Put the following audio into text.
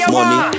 Money